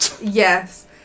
yes